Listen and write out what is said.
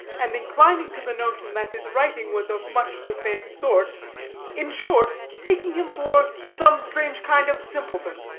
and inclining to the notion that his writing was of much the same sort in short, taking him for some strange kind of simpleton,